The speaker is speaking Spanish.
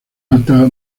alta